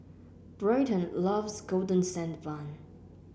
Bryton loves Golden Sand Bun